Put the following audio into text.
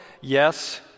yes